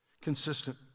Consistent